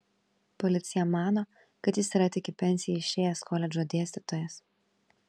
policija mano kad jis yra tik į pensiją išėjęs koledžo dėstytojas